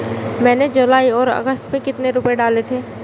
मैंने जुलाई और अगस्त में कितने रुपये डाले थे?